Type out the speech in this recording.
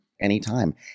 anytime